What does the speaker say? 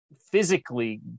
physically